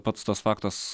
pats tas faktas